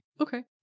Okay